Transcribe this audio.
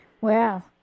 Wow